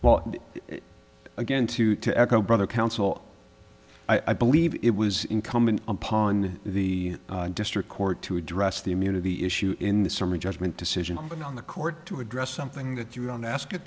well again two to echo brother counsel i believe it was incumbent upon the district court to address the immunity issue in the summary judgment decision on going on the court to address something that you don't ask